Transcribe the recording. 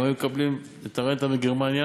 הם היו מקבלים את הרנטה מגרמניה,